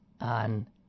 on